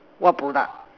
what product